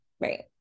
right